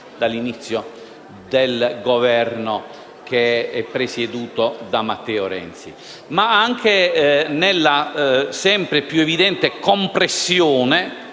dall'inizio del Governo presieduto da Matteo Renzi - ma anche nella sempre più evidente compressione